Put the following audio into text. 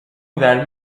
verme